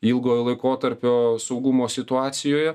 ilgojo laikotarpio saugumo situacijoje